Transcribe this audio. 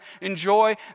enjoy